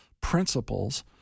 principles